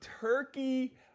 turkey